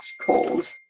calls